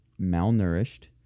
malnourished